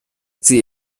sie